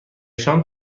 شام